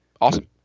Awesome